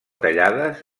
tallades